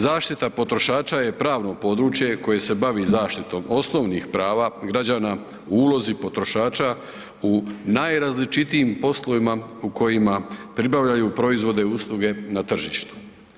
Zaštita potrošača je pravno područje koje se bavi zaštitom osnovnih prava građana u ulozi potrošača u najrazličitijim poslovima u kojima pribavljaju proizvode i usluge na tržištu.